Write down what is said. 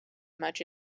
much